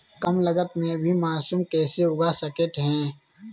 कम लगत मे भी मासूम कैसे उगा स्केट है?